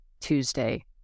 Tuesday